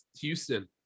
Houston